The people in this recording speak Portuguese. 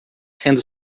sendo